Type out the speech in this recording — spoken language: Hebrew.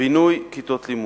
בינוי כיתות לימוד,